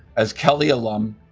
as kelley alumni,